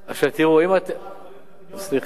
סליחה.